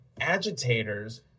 agitators